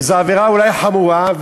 וזו אולי עבירה חמורה,